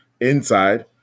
inside